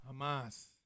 Hamas